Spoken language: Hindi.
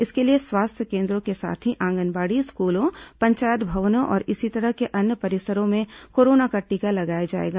इसके लिए स्वास्थ्य केन्द्रों के साथ ही आंगनबाड़ी स्कूलों पंचायत भवनों और इसी तरह के अन्य परिसरों में कोरोना का टीका लगाया जाएगा